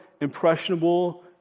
impressionable